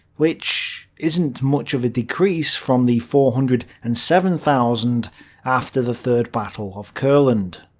which isn't much of a decrease from the four hundred and seven thousand after the third battle of courland.